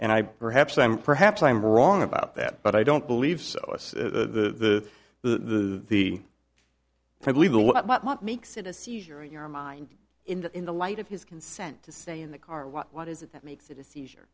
and i perhaps i'm perhaps i'm wrong about that but i don't believe so the the the for the legal what makes it a seizure in your mind in the in the light of his consent to stay in the car what what is it that makes it a seizure